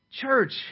church